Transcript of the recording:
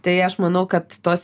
tai aš manau kad tos